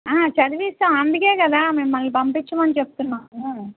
చదివిస్తాం అందుకే కదా మిమ్మల్ని పంపిచమని చెప్తున్నాము